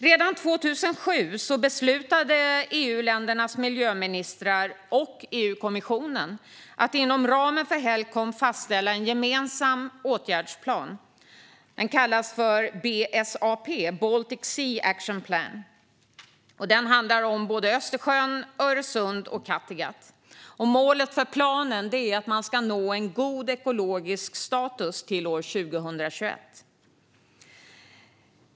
Redan 2007 beslutade EU-ländernas miljöministrar och EU-kommissionen att inom ramen för Helcom fastställa en gemensam åtgärdsplan - den kallas för BSAP, Baltic Sea Action Plan - för Östersjön, Öresund och Kattegatt. Målet för planen är att nå en god ekologisk status till år 2021.